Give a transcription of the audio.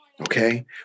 okay